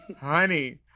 honey